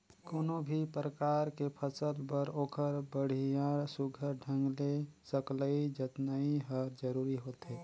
कोनो भी परकार के फसल बर ओखर बड़िया सुग्घर ढंग ले सकलई जतनई हर जरूरी होथे